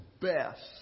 best